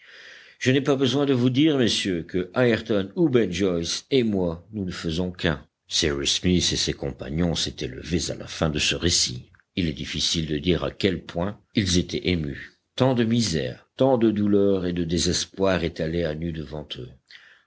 je n'ai pas besoin de vous dire messieurs que ayrton ou ben joyce et moi nous ne faisons qu'un cyrus smith et ses compagnons s'étaient levés à la fin de ce récit il est difficile de dire à quel point ils étaient émus tant de misère tant de douleurs et de désespoir étalés à nu devant eux